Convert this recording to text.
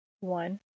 One